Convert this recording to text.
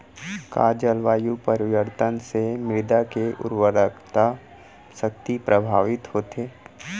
का जलवायु परिवर्तन से मृदा के उर्वरकता शक्ति प्रभावित होथे?